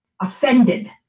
offended